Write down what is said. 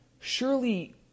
Surely